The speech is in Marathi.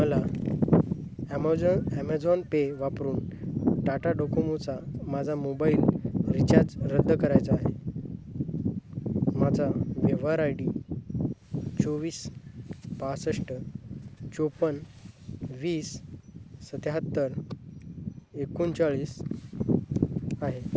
मला ॲमोजॉन ॲमेझॉन पे वापरून टाटा डोकुमोचा माझा मोबाईल रिचार्ज रद्द करायचा आहे माझा व्यवहार आय डी चोवीस पासष्ट चौपन वीस सत्याहत्तर एकोणचाळीस आहे